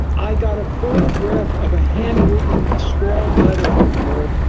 i got a photograph of a handwritten scrawled letter from her,